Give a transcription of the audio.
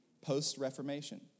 post-Reformation